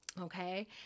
Okay